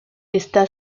está